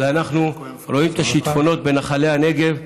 ואנחנו רואים את השיטפונות בנחלי הנגב.